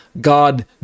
God